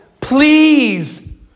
please